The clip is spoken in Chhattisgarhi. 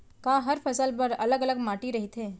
का हर फसल बर अलग अलग माटी रहिथे?